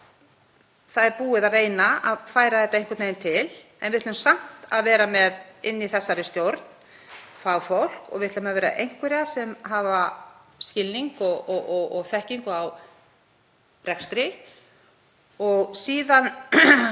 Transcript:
Það er búið að reyna að færa þetta einhvern veginn til en við ætlum samt að vera með í þessari stjórn fagfólk og við ætlum að vera með einhverja sem hafa skilning og þekkingu á rekstri. Svo